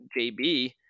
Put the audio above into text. JB